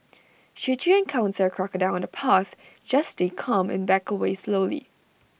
should you encounter crocodile on the path just stay calm and back away slowly